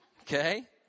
Okay